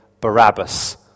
Barabbas